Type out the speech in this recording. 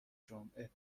جمعه